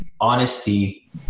honesty